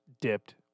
dipped